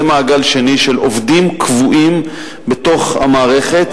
יש מעגל שני של עובדים קבועים בתוך המערכת.